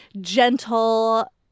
gentle